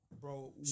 Bro